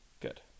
Good